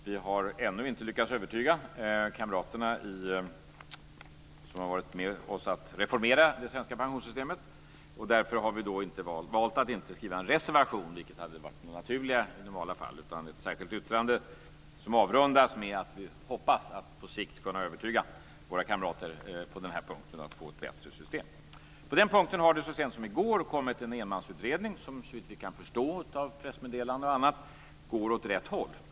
Vi har ännu inte lyckats övertyga kamraterna som har varit med oss om att reformera det svenska pensionssystemet, och därför har vi valt att inte skriva en reservation, vilket hade varit det naturliga, utan ett särskilt yttrande som avrundas med att vi hoppas att på sikt kunna övertyga våra kamrater på denna punkt om att vi ska skapa ett bättre system. På den punkten har det så sent som i går kommit en enmansutredning, som såvitt vi kan förstå av pressmeddelande och annat går åt rätt håll.